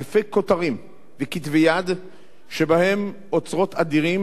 אלפי כותרים וכתבי-יד שבהם אוצרות אדירים